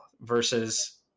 versus